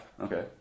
Okay